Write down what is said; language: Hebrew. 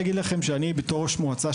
בתור ראש מועצה,